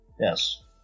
Yes